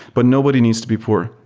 but nobody needs to be poor.